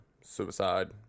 suicide